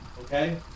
Okay